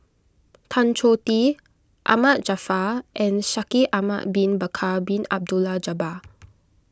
Tan Choh Tee Ahmad Jaafar and Shaikh Ahmad Bin Bakar Bin Abdullah Jabbar